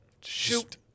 Shoot